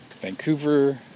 Vancouver